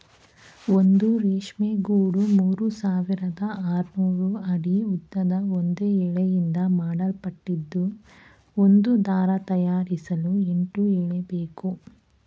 ಒಂದು ರೇಷ್ಮೆ ಗೂಡು ಮೂರ್ಸಾವಿರದ ಆರ್ನೂರು ಅಡಿ ಉದ್ದದ ಒಂದೇ ಎಳೆಯಿಂದ ಮಾಡಲ್ಪಟ್ಟಿದ್ದು ಒಂದು ದಾರ ತಯಾರಿಸಲು ಎಂಟು ಎಳೆಬೇಕು